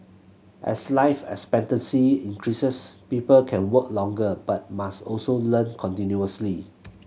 as life expectancy increases people can work longer but must also learn continuously